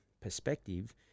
perspective